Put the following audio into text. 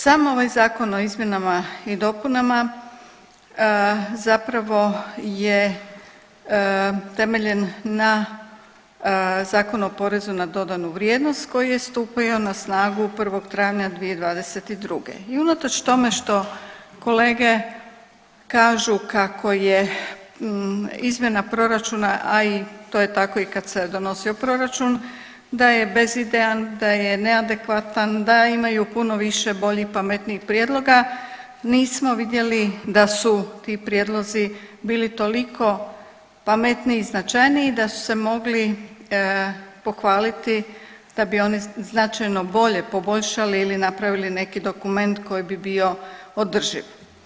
Sam ovaj zakon o izmjenama i dopunama zapravo je temeljen na Zakonu o porezu na dodanu vrijednost koji je stupio na snagu 1. travnja 2022. i unatoč tome što kolege kažu kako je izmjena proračuna, a i to je tako i kad se je donosio proračun, da je bezidejan, da je neadekvatan, da imaju puno više boljih i pametnijih prijedloga nismo vidjeli da su ti prijedlozi bili toliko pametniji i značajniji da su se mogli pohvaliti da bi oni značajno bolje poboljšali ili napravili neki dokument koji bi bio održiv.